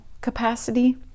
capacity